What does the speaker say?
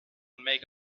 make